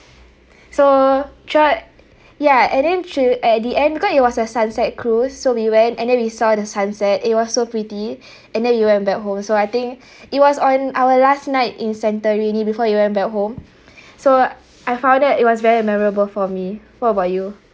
so throughout ya and then s~ at the end because it was a sunset cruise so we went and then we saw the sunset it was so pretty and then we went back home so I think it was on our last night in santorini before we went back home so I found that it was very memorable for me what about you